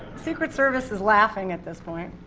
secret service is laughing at this point,